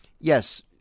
yes